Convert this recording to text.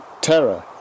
terror